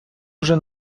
вже